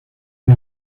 him